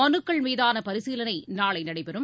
மனுக்கள் மீதானபரிசீலனைநாளைபெறும்